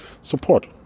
support